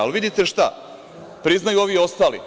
Ali, vidite šta, priznaju ovi ostali.